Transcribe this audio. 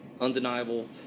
undeniable